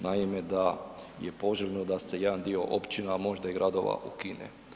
Naime, da je poželjno da se jedan dio općina, možda i gradova ukine.